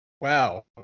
Wow